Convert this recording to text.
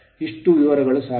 ಇಷ್ಟು ವಿವರಗಳು ಸಾಕು